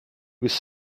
was